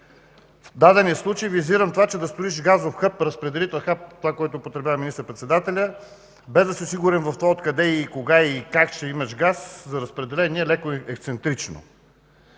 В дадения случай визирам това, че да строиш газов хъб – разпределител, защото това употребява министър-председателят, без да си сигурен откъде, кога и как ще имаш газ за разпределение, е леко ексцентрично!